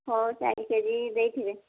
ହଁ ଚାରି K G ଦେଇଥିବେ